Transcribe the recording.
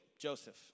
Joseph